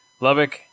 Lubick